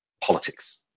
politics